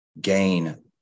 gain